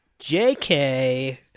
JK